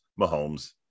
Mahomes